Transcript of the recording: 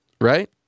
Right